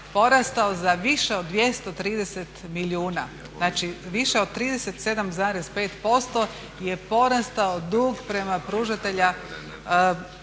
porastao za više od 230 milijuna. Znači više od 37,5% je porastao dug prema pružateljima